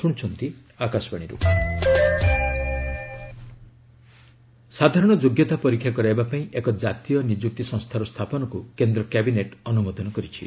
cabinet meeting ସାଧାରଣ ଯୋଗ୍ୟତା ପରୀକ୍ଷା କରାଇବା ପାଇଁ ଏକ ଜାତୀୟ ନିଯୁକ୍ତି ସଂସ୍ଥାର ସ୍ଥାପନକୁ କେନ୍ଦ୍ର କ୍ୟାବିନେଟ୍ ଅନୁମୋଦନ କରିଛି